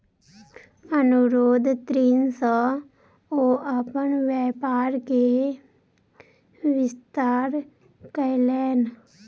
अनुरोध ऋण सॅ ओ अपन व्यापार के विस्तार कयलैन